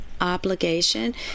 obligation